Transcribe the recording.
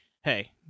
hey